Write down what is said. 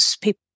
people